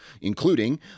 including